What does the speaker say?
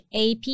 AP